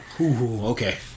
okay